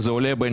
מי בעד